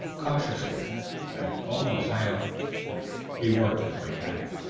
cautiously and almost silently he worked his way back,